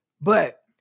But-